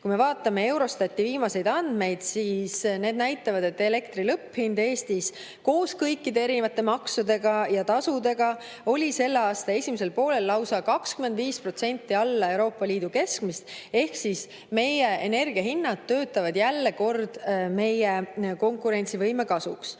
Vaatame Eurostati viimaseid andmeid. Need näitavad, et elektri lõpphind Eestis koos kõikide maksude ja tasudega oli selle aasta esimesel poolel lausa 25% alla Euroopa Liidu keskmist. Ehk meie energiahinnad töötavad jälle kord meie konkurentsivõime kasuks.